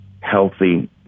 healthy